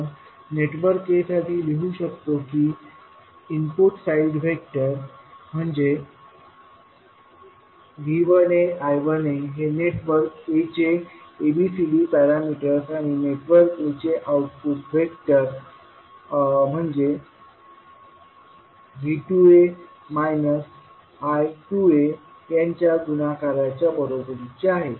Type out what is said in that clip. आपण network a साठी लिहू शकतो की input side vector V1a I1a हे नेटवर्क a चे ABCD पॅरामीटर्स आणि नेटवर्क a चे आउटपुट व्हेक्टर V2a I2aयांच्या गुणाकाराच्या बरोबरीचे आहे